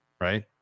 right